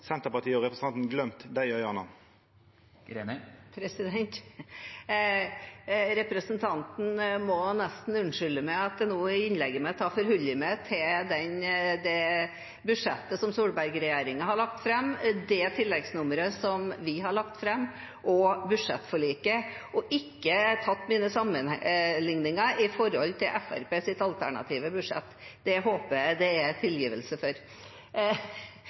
Senterpartiet og representanten gløymt dei øyane? Representanten må nesten unnskylde at jeg i innlegget mitt har forholdt meg til det budsjettet som Solberg-regjeringen har lagt fram, tilleggsproposisjonen som vi har lagt fram, og budsjettforliket, og ikke sammenliknet med Fremskrittspartiets alternative budsjett. Det håper jeg det er tilgivelse for.